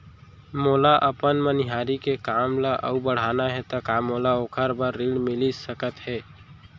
मोला अपन मनिहारी के काम ला अऊ बढ़ाना हे त का मोला ओखर बर ऋण मिलिस सकत हे?